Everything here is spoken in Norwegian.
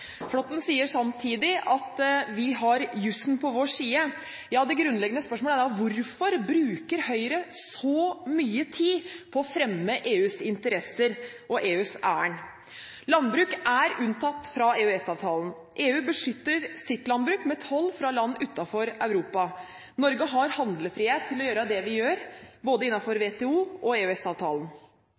Flåtten sier samtidig at vi har jussen på vår side. Det grunnleggende spørsmålet er da: Hvorfor bruker Høyre så mye tid på å fremme EUs interesser og EUs ærend? Landbruk er unntatt fra EØS-avtalen. EU beskytter sitt landbruk med toll fra land utenfor Europa. Norge har handlefrihet til å gjøre det vi gjør innenfor både WTO- og